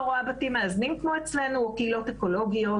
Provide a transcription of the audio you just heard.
רואה בתים מאזנים כמו אצלנו או קהילות אקולוגיות,